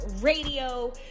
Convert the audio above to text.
Radio